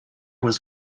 was